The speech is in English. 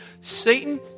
Satan